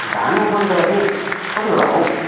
धान उठाउने बेला चाहिँ कति बेला हो